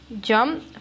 jump